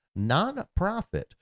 nonprofit